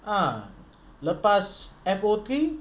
ah lepas F_O_T